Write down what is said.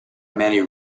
many